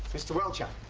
mr welcher.